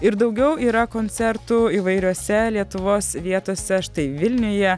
ir daugiau yra koncertų įvairiose lietuvos vietose štai vilniuje